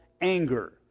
anger